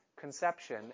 conception